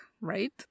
right